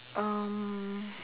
um